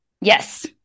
Yes